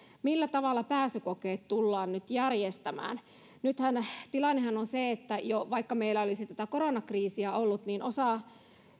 millä tavalla pääsykokeet tullaan nyt järjestämään tilannehan on nyt se että vaikka meillä ei olisi tätä koronakriisiä ollut niin osa